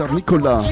Nicola